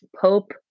Pope